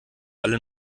alle